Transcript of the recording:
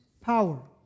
power